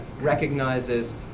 recognizes